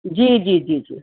जी जी जी जी